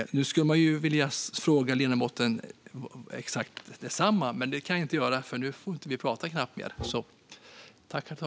Jag skulle vilja fråga ledamoten detsamma, men det kan jag inte göra eftersom tiden är slut.